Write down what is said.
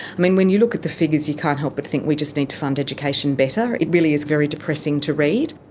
when when you look at the figures, you can't help but think we just need to fund education better. it really is very depressing to read.